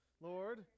Lord